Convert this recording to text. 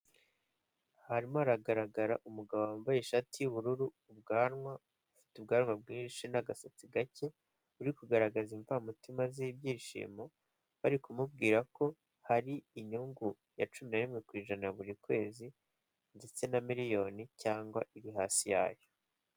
Harimo haragaragara umugabo wambaye ishati y'ubururu ufite ubwanwa bwinshi n'agasatsi gake, uri kugaragaza imvamutima z'ibyishimo, bari kumubwira ko hari inyungu ya cumi na rimwe ku ijana buri kwezi ndetse na miliyoni cyangwa iri hasi yayo.